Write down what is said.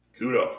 Kudo